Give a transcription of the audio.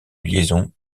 liaison